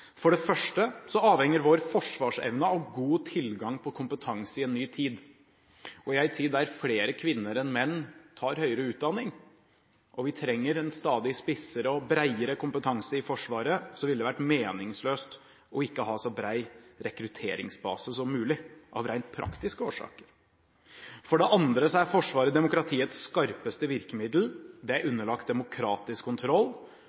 det aller første. Det er flere gode grunner til å gjøre det: For det først avhenger vår forsvarsevne av god tilgang på kompetanse i en ny tid, og i en tid der flere kvinner enn menn tar høyere utdanning. Vi trenger en stadig spissere og bredere kompetanse. I Forsvaret ville det vært meningsløst ikke å ha så bred rekrutteringsbase som mulig – av rent praktiske årsaker. For det andre er Forsvaret demokratiets skarpeste virkemiddel. Det er underlagt demokratisk kontroll